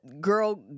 girl